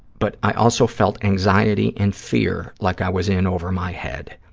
but i also felt anxiety and fear, like i was in over my head.